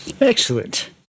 Excellent